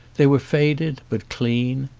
they were faded but clean.